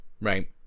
Right